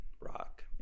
rock